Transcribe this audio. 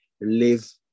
live